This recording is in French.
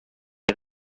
est